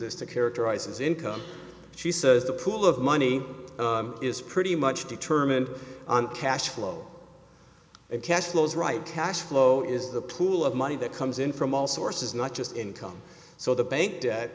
to characterize as income she says the pool of money is pretty much determined on cash flow and cash flows right cash flow is the pool of money that comes in from all sources not just income so the bank